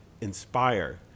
inspire